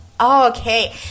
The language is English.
okay